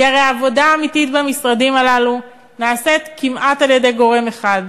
כי הרי העבודה האמיתית במשרדים הללו נעשית כמעט על-ידי גורם אחד,